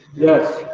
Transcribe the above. yes.